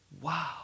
Wow